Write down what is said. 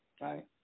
right